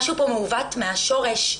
משהו פה מעוות מהשורש.